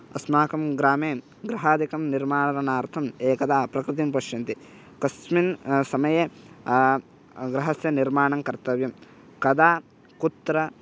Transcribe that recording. अस्माकं ग्रामे गृहादिकं निर्माणार्थम् एकदा प्रकृतिं पश्यन्ति कस्मिन् समये गृहस्य निर्माणं कर्तव्यं कदा कुत्र